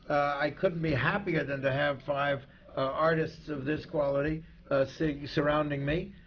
i couldn't be happier than to have five artists of this quality so surrounding me.